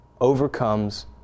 overcomes